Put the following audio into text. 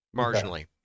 marginally